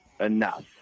enough